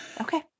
Okay